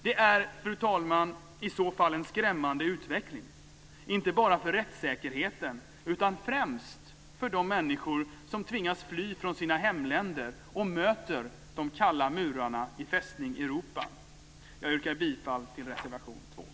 Det är, fru talman, i så fall en skrämmande utveckling - inte bara för rättssäkerheten, utan främst för de människor som tvingas fly från sina hemländer och möter de kalla murarna i Fästning Europa. Jag yrkar bifall till reservation 2.